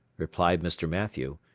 replied mr. mathew,